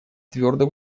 твердо